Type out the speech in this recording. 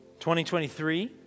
2023